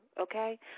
Okay